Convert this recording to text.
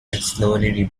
slowly